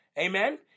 Amen